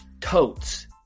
Totes